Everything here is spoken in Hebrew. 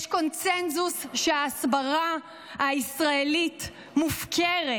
יש קונסנזוס שההסברה הישראלית מופקרת,